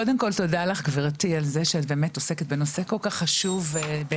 קודם כל תודה לך גבירתי על זה שאת באמת עוסקת בנושא כל כך חשוב בעיניי,